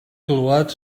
glywed